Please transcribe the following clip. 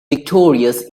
victorious